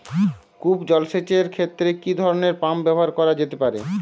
কূপ জলসেচ এর ক্ষেত্রে কি ধরনের পাম্প ব্যবহার করা যেতে পারে?